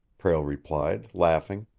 prale replied, laughing.